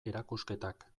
erakusketak